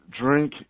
Drink